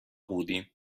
بودیم